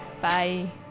Bye